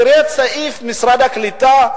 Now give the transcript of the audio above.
תראי את סעיף משרד הקליטה,